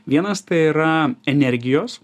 vienas tai yra energijos